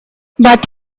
but